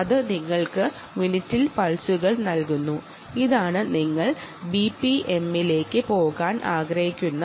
അതാണ് നിങ്ങൾക്ക് beat per minute BPM